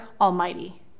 Almighty